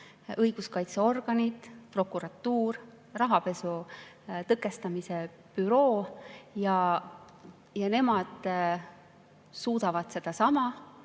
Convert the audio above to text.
õiguskaitseorganid, prokuratuur, rahapesu tõkestamise büroo, kes suudavad sedasama,